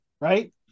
right